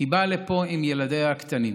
היא באה לפה עם ילדיה הקטנים.